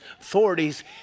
authorities